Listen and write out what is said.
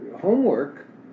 homework